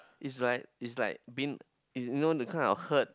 is like is like being you know that kind of herd